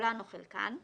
כולן או חלקן (להלן,